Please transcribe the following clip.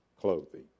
clothing